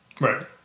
Right